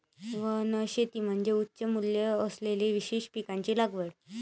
वनशेती म्हणजे उच्च मूल्य असलेल्या विशेष पिकांची लागवड